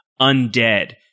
undead